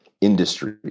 industry